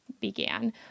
began